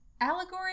allegory